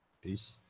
Peace